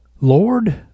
Lord